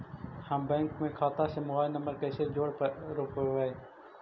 हम बैंक में खाता से मोबाईल नंबर कैसे जोड़ रोपबै?